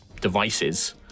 devices